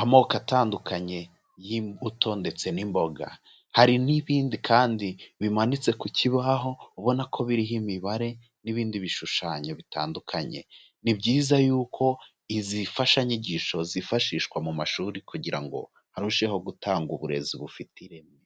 amoko atandukanye y'imbuto ndetse n'imboga. Hari n'ibindi kandi bimanitse ku kibaho, ubona ko biriho imibare n'ibindi bishushanyo bitandukanye. Ni byiza yuko izi mfashanyigisho zifashishwa mu mashuri, kugira ngo harusheho gutangwa uburezi bufite ireme.